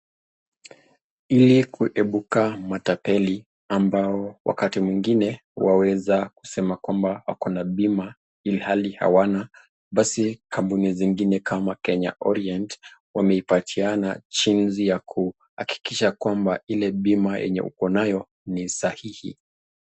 Ili kuepuka matapeli ambao wakati mwingine waweza kusema kwamba ako na bima ilhali hawana, basi kampuni zingine kama Kenya Orient wameipatia na jinsi ya kuhakikisha kwamba ile bima yenye uko nayo ni sahihi.